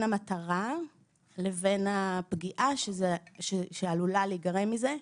המטרה לבין הפגיעה שעלולה להיגרם מזה.